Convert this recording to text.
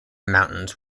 mountains